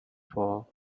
four